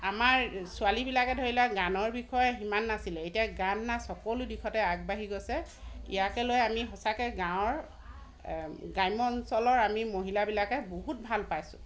আমাৰ ছোৱালীবিলাকে ধৰি লোৱা গানৰ বিষয়ে সিমান নাছিলে এতিয়া গান নাচ সকলো দিশতে আগবাঢ়ি গৈছে ইয়াকে লৈ আমি সঁচাকৈ গাঁৱৰ গ্ৰাম্য অঞ্চলৰ আমি মহিলাবিলাকে বহুত ভাল পাইছোঁ